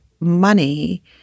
money